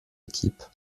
équipes